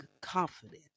confident